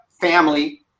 family